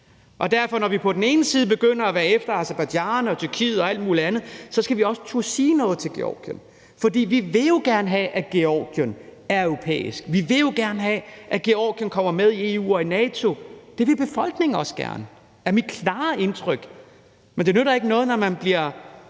Så når vi på den ene side begynder at være efter Aserbajdsjan og Tyrkiet og alle mulige andre, skal vi også turde sige noget til Georgien. For vi vil jo gerne have, at Georgien er europæisk; vi vil jo gerne have, at Georgien kommer med i EU og i NATO. Det vil befolkningen også gerne, er det mit klare indtryk. Men det nytter ikke noget, når man bliver